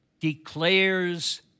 declares